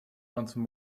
ransom